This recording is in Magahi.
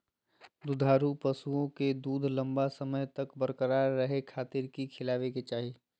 दुधारू पशुओं के दूध लंबा समय तक बरकरार रखे खातिर की खिलावे के चाही?